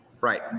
Right